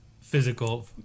physical